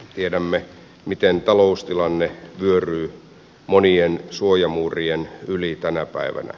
tiedämme miten taloustilanne vyöryy monien suojamuurien yli tänä päivänä